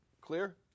clear